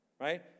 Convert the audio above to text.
right